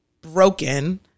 broken